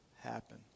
happen